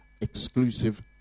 exclusive